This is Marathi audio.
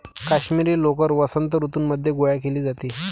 काश्मिरी लोकर वसंत ऋतूमध्ये गोळा केली जाते